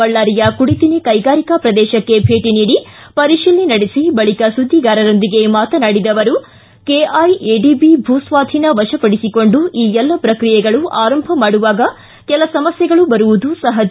ಬಳ್ಳಾರಿಯ ಕುಡಿತಿನಿ ಕೈಗಾರಿಕಾ ಪ್ರದೇಶಕ್ಕೆ ಭೇಟಿ ನೀಡಿ ಪರಿಶೀಲನೆ ನಡೆಸಿ ಬಳಿಕ ಸುದ್ದಿಗಾರರೊಂದಿಗೆ ಮಾತನಾಡಿದ ಅವರು ಕೆಐಎಡಿಬಿ ಭೂಸ್ವಾಧೀನ ವಶಪಡಿಸಿಕೊಂಡು ಈ ಎಲ್ಲ ಪ್ರಕ್ರಿಯೆಗಳು ಆರಂಭ ಮಾಡುವಾಗ ಕೆಲ ಸಮಸ್ಥೆಗಳು ಬರುವುದು ಸಹಜ